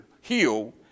heal